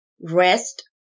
rest